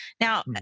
Now